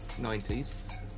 90s